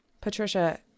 Patricia